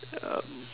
um